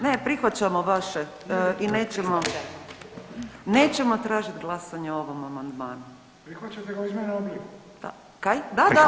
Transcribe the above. Ne, prihvaćamo vaše i nećemo, nećemo tražit glasanje o ovom amandmanu [[Upadica iz klupe: Prihvaćate ga u izmijenjenom obliku?]] Da.